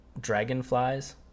Dragonflies